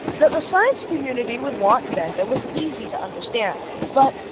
that the science community would want benda was easy to understand but,